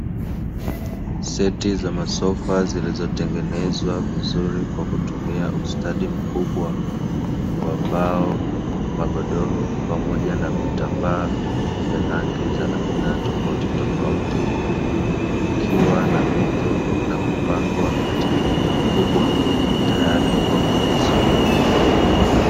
Seti za masofa zilizotengenezwa vizuri kwa kutumia ustadi mkubwa wa mbao, magodoro pamoja na vitambaa vya rangi za aina tofautitofauti, vikiwa na mito na kupangwa katika eneo kubwa tayari kwa mauzo.